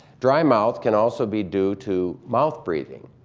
dry mouth can also be due to mouth breathing,